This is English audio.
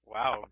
Wow